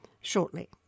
shortly